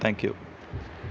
thank you